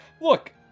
look